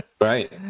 Right